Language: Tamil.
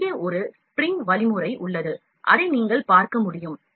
இங்கே ஒரு spring mechanism உள்ளது அதை நீங்கள் பார்க்க முடியும்